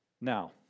Now